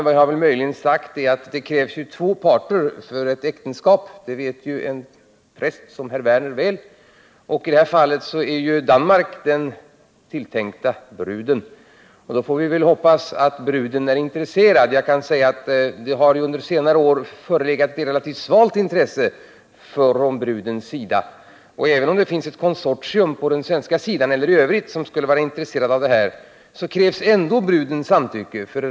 Vad jag möjligen sagt är att det krävs två parter i ett äktenskap — det vet en präst som herr Werner mycket väl. I det här fallet är Danmark den tilltänkta bruden. Då får vi väl hoppas att bruden är intresserad — det har ju under senare år förelegat ett relativt svagt intresse från bruden. Även om det finns ett konsortium på den svenska sidan som skulle vara intresserat av detta, så krävs ändå brudens samtycke.